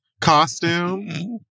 costume